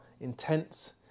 intense